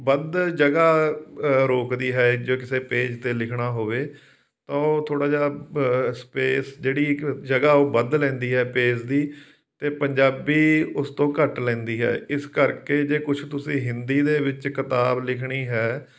ਵੱਧ ਜਗ੍ਹਾ ਰੋਕਦੀ ਹੈ ਜੋ ਕਿਸੇ ਪੇਜ 'ਤੇ ਲਿਖਣਾ ਹੋਵੇ ਤਾਂ ਉਹ ਥੋੜ੍ਹਾ ਜਿਹਾ ਸਪੇਸ ਜਿਹੜੀ ਇੱਕ ਜਗ੍ਹਾ ਉਹ ਵੱਧ ਲੈਂਦੀ ਹੈ ਪੇਜ ਦੀ ਅਤੇ ਪੰਜਾਬੀ ਉਸ ਤੋਂ ਘੱਟ ਲੈਂਦੀ ਹੈ ਇਸ ਕਰਕੇ ਜੇ ਕੁਝ ਤੁਸੀਂ ਹਿੰਦੀ ਦੇ ਵਿੱਚ ਕਿਤਾਬ ਲਿਖਣੀ ਹੈ